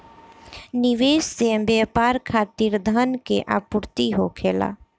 निवेश से व्यापार खातिर धन के आपूर्ति होखेला